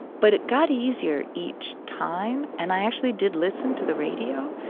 but it got easier each time. and i actually did listen to the radio,